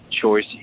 choice